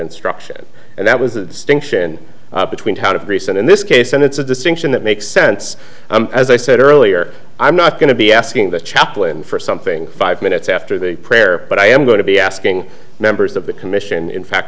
instruction and that was a distinction between how to respond in this case and it's a distinction that makes sense and as i said earlier i'm not going to be asking the chaplain for something five minutes after the prayer but i am going to be asking members of the commission in fact